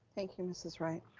thank you, mrs. wright.